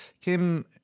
Kim